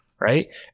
Right